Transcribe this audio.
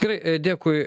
gerai dėkui